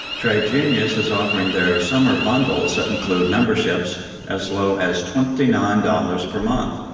trade genius is offering their summer bundles that include memberships as low as twenty nine dollars per month.